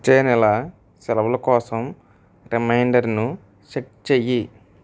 వచ్చే నెల సెలవుల కోసం రిమైండర్ను సెట్ చేయి